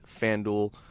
FanDuel